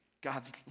God's